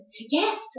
Yes